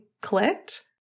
clicked